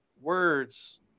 words